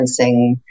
referencing